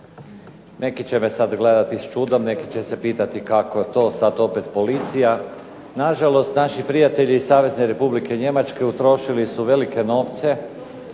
Neki će me sada gledati s čudom, neki će se pitati kako to sada opet policija. Nažalost, naći prijatelji iz Savezne Republike Njemačke utrošili su velike novce